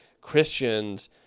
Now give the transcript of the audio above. Christians